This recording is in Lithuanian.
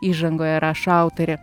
įžangoje rašo autorė